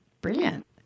Brilliant